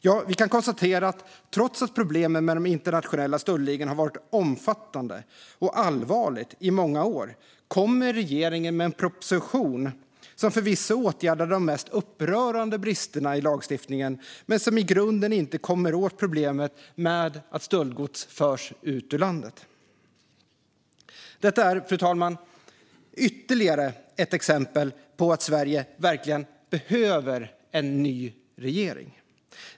Jo, vi kan konstatera att trots att problemen med de internationella stöldligorna har varit omfattande och allvarliga i många år kommer regeringen med en proposition som förvisso åtgärdar de mest upprörande bristerna i lagstiftningen men som i grunden inte kommer åt problemet med att stöldgods förs ut ur landet. Detta är, fru talman, ytterligare ett exempel på att Sverige verkligen behöver en ny regering.